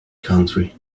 county